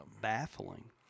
baffling